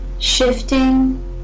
Shifting